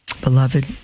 Beloved